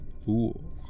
fool